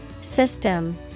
System